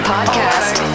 Podcast